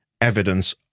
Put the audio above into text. evidence